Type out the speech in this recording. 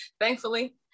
thankfully